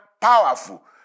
powerful